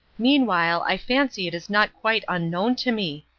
meanwhile i fancy it is not quite unknown to me.